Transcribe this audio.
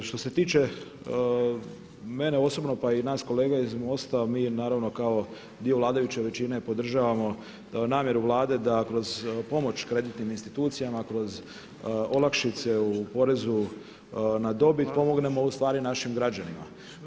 Što se tiče mene osobno, pa i nas kolega iz MOST-a, mi naravno kao dio vladajuće većine podržavamo namjeru Vlade da kroz pomoć kreditnim institucijama, kroz olakšice u porezu na dobit pomognemo ustvari našim građanima.